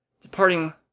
Departing